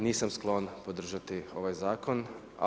Nisam sklon podržati ovaj Zakon.